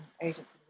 agents